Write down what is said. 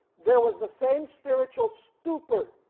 there was the same spiritual stupor,